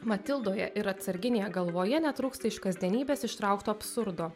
matildoje ir atsarginėje galvoje netrūksta iš kasdienybės ištraukto absurdo